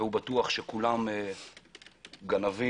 בטוח שכולם גנבים,